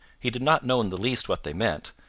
he did not know in the least what they meant,